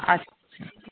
اچھا